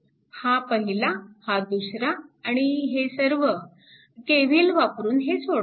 हा पहिला हा दुसरा आणि हे सर्व KVL वापरून हे सोडवा